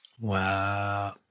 Wow